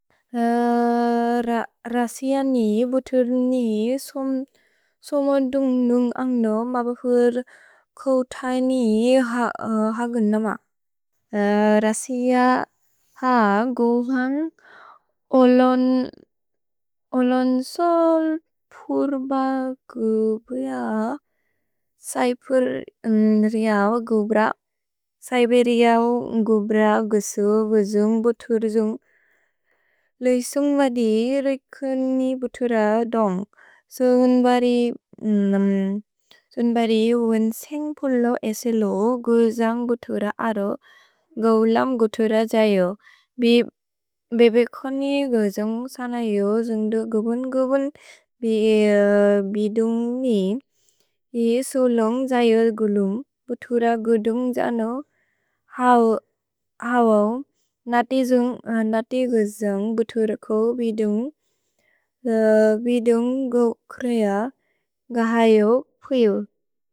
Russia नि बुतुर् नि सोमो दुन्ग्-दुन्ग् अन्ग्नो मबुफुर् कोउतै नि हगुन् नम। रसिअ ह गुवन्ग् ओलोन् सोल् पुर्ब गुव्र, सैपुर् रिअव् गुव्र। सैपुर् रिअव् गुव्र गुव्सो बुजुन्ग् बुतुर्जुन्ग्। लोइ सुन्ग्ब दि रोइकनि बुतुर दुन्ग्। सो उन्बरि उन्सेन्ग् पुलो एसेलो गुजन्ग् बुतुर अरो। गौलम् बुतुर जयो। भि बेबे कनि गुजुन्ग् सनयो जुन्ग्दु गुबुन्-गुबुन्। भि बिदुन्ग् नि इ सोलोन्ग् जयो गुलुम्। भुतुर गुदुन्ग् जनो हवव्। नति गुजुन्ग् बुतुर्को बिदुन्ग्। भि बिदुन्ग् गु क्रिय गहयो पुयो।